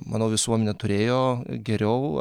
manau visuomenė turėjo geriau